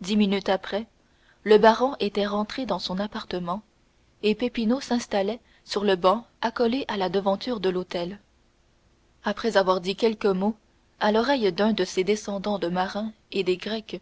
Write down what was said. dix minutes après le baron était rentré dans son appartement et peppino s'installait sur le banc accolé à la devanture de l'hôtel après avoir dit quelques mots à l'oreille d'un de ces descendants de marius et des gracques